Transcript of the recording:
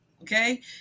Okay